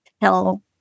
tell